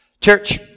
Church